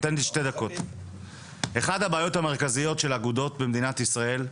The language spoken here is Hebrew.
אחת הבעיות המרכזיות של אגודות במדינת ישראל,